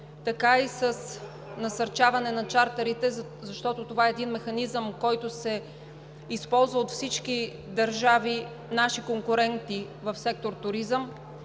така и с насърчаване на чартърите, защото това е един механизъм, който се използва от всички държави, наши конкурентки в сектор „Туризъм“,